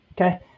okay